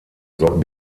sollten